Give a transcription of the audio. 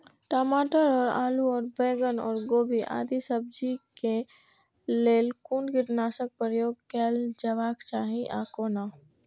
टमाटर और आलू और बैंगन और गोभी आदि सब्जी केय लेल कुन कीटनाशक प्रयोग कैल जेबाक चाहि आ कोना?